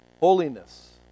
Holiness